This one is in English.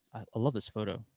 love this photo.